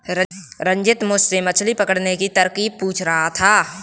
रंजित मुझसे मछली पकड़ने की तरकीब पूछ रहा था